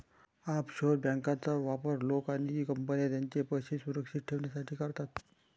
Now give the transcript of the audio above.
offshore बँकांचा वापर लोक आणि कंपन्या त्यांचे पैसे सुरक्षित ठेवण्यासाठी करतात